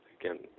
again